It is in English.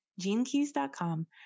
GeneKeys.com